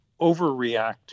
overreact